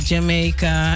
Jamaica